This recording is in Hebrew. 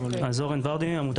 אז אני אורן ורדי, העמותה